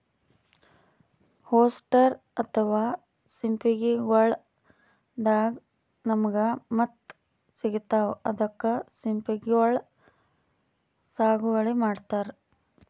oyster ಅಥವಾ ಸಿಂಪಿಗೊಳ್ ದಾಗಾ ನಮ್ಗ್ ಮುತ್ತ್ ಸಿಗ್ತಾವ್ ಅದಕ್ಕ್ ಸಿಂಪಿಗೊಳ್ ಸಾಗುವಳಿ ಮಾಡತರ್